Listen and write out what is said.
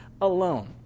alone